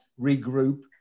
regroup